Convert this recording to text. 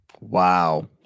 Wow